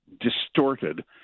distorted